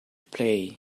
play